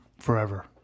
forever